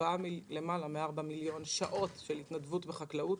מארבע מיליון שעות של התנדבות בחקלאות.